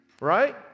right